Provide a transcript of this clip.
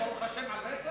לומר "ברוך השם" על רצח?